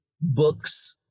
books